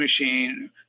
machine